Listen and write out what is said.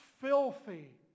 filthy